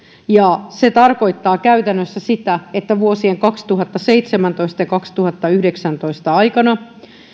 se tarkoittaa käytännössä sitä että vuosien kaksituhattaseitsemäntoista viiva kaksituhattayhdeksäntoista aikana